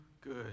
good